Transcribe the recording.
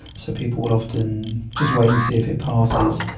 so people will often just wait and see if it passes,